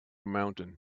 mountain